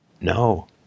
No